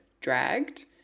dragged